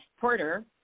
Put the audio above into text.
Porter